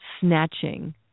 snatching